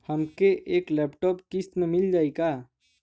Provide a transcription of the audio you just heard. हमके एक लैपटॉप किस्त मे मिल जाई का?